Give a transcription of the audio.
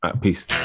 Peace